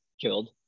killed